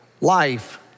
life